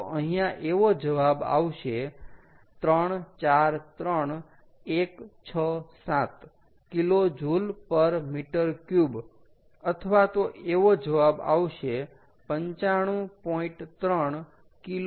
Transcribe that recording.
તો અહીંયા એવો જવાબ આવશે 343167 kJm3 અથવા તો એવો જવાબ આવશે 95